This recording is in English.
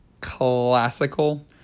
classical